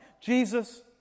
Jesus